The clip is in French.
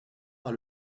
par